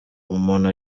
umuntu